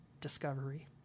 discovery